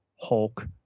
Hulk